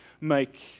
make